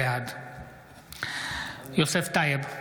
בעד יוסף טייב,